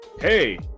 hey